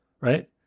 right